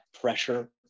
pressure